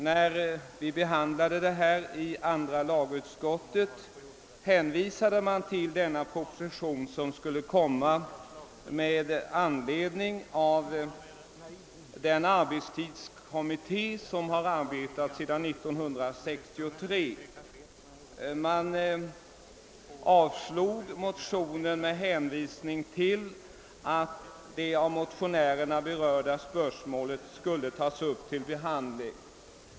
När vi behandlade motionen i andra lagutskottet hänvisade utskottet till denna proposition, som skulle komma att läggas fram med anledning av det resultat som väntas från arbetstidskommittén vilken har arbetat sedan 1963. Utskottet avslog motionen med hänvisning till att det av motionärerna berörda spörsmålet skulle tas upp till behandling.